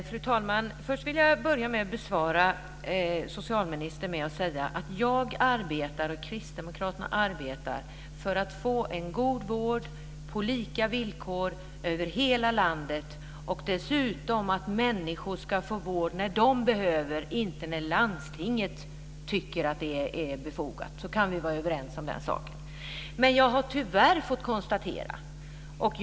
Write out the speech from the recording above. Fru talman! Jag vill börja med att svara socialministern med att säga att jag och kristdemokraterna arbetar för att få en god vård på lika villkor över hela landet. Dessutom arbetar vi för att människor ska få vård när de behöver den och inte när landstinget tycker att det är befogat. Då kan vi vara överens om den saken. Men jag har tyvärr fått konstatera en sak.